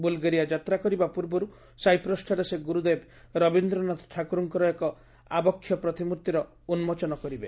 Bulgaria ଯାତ୍ରା କରିବା ପୂର୍ବରୁ ସାଇପ୍ରସ୍ଠାରେ ସେ ଗୁରୁଦେବ ରବୀନ୍ଦ୍ରନାଥ ଠାକୁରଙ୍କର ଏକ ଆବକ୍ଷ ପ୍ରତିମୂର୍ତ୍ତିର ଉନ୍ତୋଚନ କରିବେ